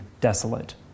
desolate